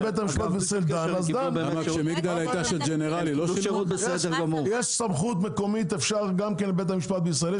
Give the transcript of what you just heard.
יש סמכות מקומית בבית המשפט בישראל,